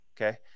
okay